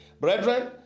Brethren